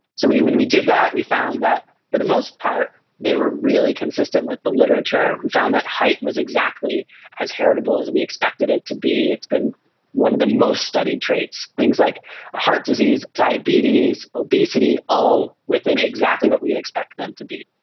so when we did that we found that for the most part they were really consistent with the literature. we found that height was exactly as heritable as we expected it to be, it's been one of the most-studied traits. things like heart disease, diabetes, obesity, all within exactly what we'd expect them to be.